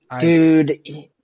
Dude –